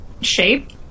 shape